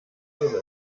setzen